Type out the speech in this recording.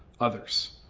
others